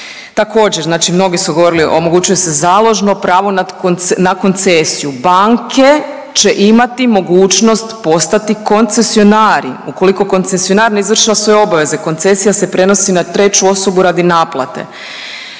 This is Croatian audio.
Također, znači mnogi su govorili, omogućuje se založno pravo na koncesiju, banke će imati mogućnost postati koncesionari, ukoliko koncesionar ne izvršava svoje obaveze, koncesija se prenosi na treću osobu radi naplate,